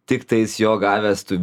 tiktais jo gavęs tu